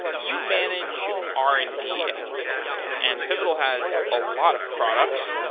you manage r and d at pivotal, and pivotal has a lot of products.